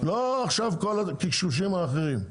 לא עכשיו כל הקשקושים האחרים.